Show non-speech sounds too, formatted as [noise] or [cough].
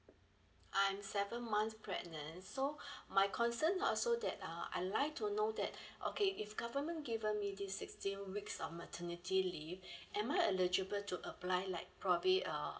I'm seven months pregnant so [breath] my concern also that uh I like to know that [breath] okay if government given me this sixteen weeks of maternity leave [breath] am I eligible to apply like probably a